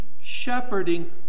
shepherding